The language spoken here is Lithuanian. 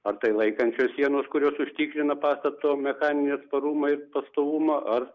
ar tai laikančios sienos kurios užtikrina pastato mechaninį atsparumą ir pastovumą ar